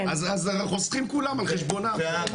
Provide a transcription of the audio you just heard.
אז חוסכים כולם על חשבונם.